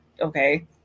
Okay